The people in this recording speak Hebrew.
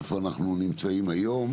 איפה אנחנו נמצאים היום,